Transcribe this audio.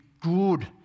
good